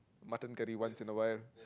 mutton curry once in a while